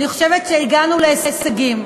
אני חושבת שהגענו להישגים.